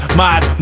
mad